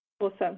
Awesome